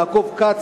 יעקב כץ,